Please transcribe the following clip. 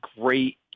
great